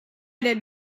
did